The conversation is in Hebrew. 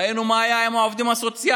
ראינו מה היה עם העובדים הסוציאליים,